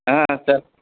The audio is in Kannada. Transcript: ಹಾಂ ಸರ್